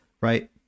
Right